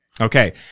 Okay